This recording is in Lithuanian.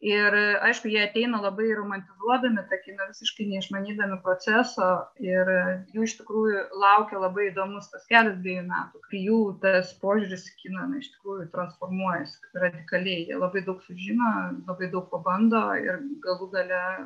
ir aišku jie ateina labai romantizuodami tą kiną visiškai neišmanydami proceso ir jų iš tikrųjų laukia labai įdomus tas kelias dvejų metų kai jų tas požiūris į kiną na iš tikrųjų transformuojasi radikaliai jie labai daug sužino labai daug pabando ir galų gale